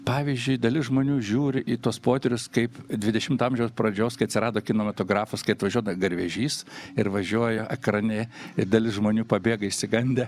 pavyzdžiui dalis žmonių žiūri į tuos potyrius kaip dvidešimto amžiaus pradžios kai atsirado kinematografas kai atvažiuodavo garvežys ir važiuoja ekrane ir dalis žmonių pabėga išsigandę